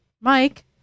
Mike